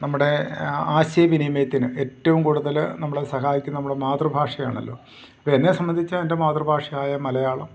നമ്മുടെ ആശയ വിനിമയത്തിന് ഏറ്റവും കൂടുതൽ നമ്മളെ സഹായിക്കുന്ന നമ്മുടെ മാതൃഭാഷയാണല്ലോ ഇപ്പം എന്നെ സംബന്ധിച്ച് എൻ്റെ മാതൃഭാഷയായ മലയാളം